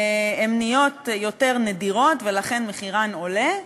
הן נהיות יותר נדירות ולכן מחירן עולה,